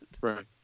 Right